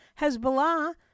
Hezbollah